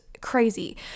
crazy